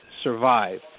survive